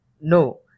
no